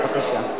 בבקשה.